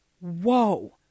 whoa